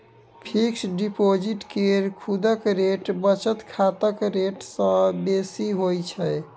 fix deposit केर सुदक rate बचत खाताक रेट सँ बेसी होइ छै